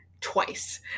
twice